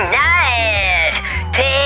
night